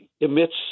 emits